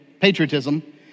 patriotism